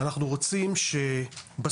אנחנו רוצים שבסוף,